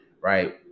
right